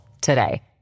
today